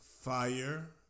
Fire